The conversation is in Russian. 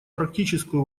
практическую